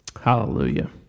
Hallelujah